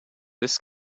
this